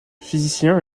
physicien